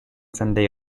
sunday